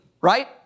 right